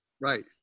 Right